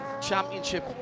Championship